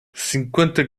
cinquenta